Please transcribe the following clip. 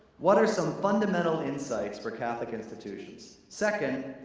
what are some fundamental insights for catholic institutions? second,